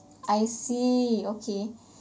I see okay